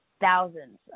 thousands